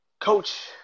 Coach